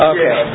Okay